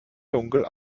dunkel